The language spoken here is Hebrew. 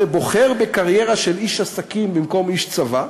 בוחר בקריירה של איש עסקים במקום איש צבא,